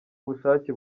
ubushake